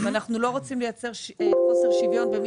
אנחנו לא רוצים לייצר חוסר שוויון בין